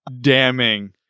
damning